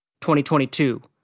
2022